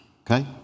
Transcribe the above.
okay